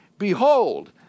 behold